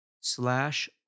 slash